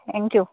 thank you